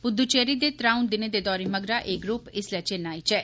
पुड़ुचेरी दे त्रऊं दिनें दे दौरे मगरा एह् ग्रुप इस्सलै चेन्नई च ऐ